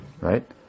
right